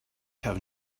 have